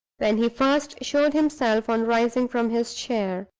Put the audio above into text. when he first showed himself on rising from his chair.